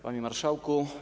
Panie Marszałku!